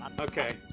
Okay